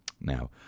Now